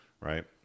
right